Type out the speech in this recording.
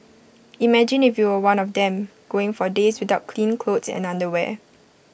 imagine if you were one of them going for days without clean clothes and underwear